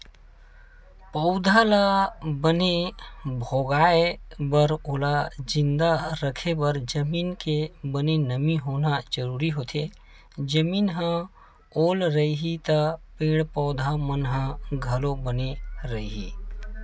पउधा ल बने भोगाय बर ओला जिंदा रखे बर जमीन के बने नमी होना जरुरी होथे, जमीन ह ओल रइही त पेड़ पौधा मन ह घलो बने रइही